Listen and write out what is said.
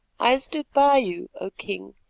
i stood by you, o king,